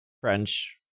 French